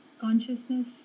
consciousness